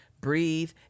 breathe